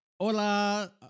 Hola